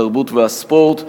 התרבות והספורט,